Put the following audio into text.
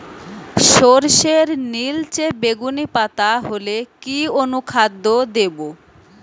সরর্ষের নিলচে বেগুনি পাতা হলে কি অনুখাদ্য দেবো?